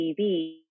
tv